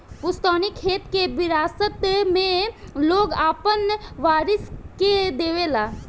पुस्तैनी खेत के विरासत मे लोग आपन वारिस के देवे ला